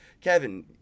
Kevin